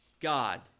God